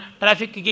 traffic